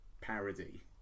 parody